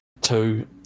two